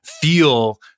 feel